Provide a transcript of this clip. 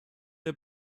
der